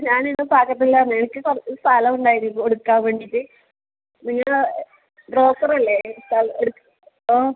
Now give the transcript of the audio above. ഞാനിവിടെ പാരപ്പില്ലാന്ന് എനിക്ക് കുറച്ച് സ്ഥലം ഉണ്ടായിരുന്നു കൊടുക്കാൻ വേണ്ടിയിട്ട് നിങ്ങൾ ബ്രോക്കറല്ലേ സ്ഥലം ഓ